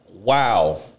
Wow